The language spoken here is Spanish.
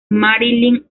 marilyn